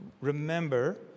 Remember